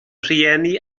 rhieni